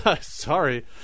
Sorry